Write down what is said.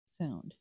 sound